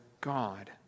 God